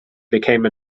became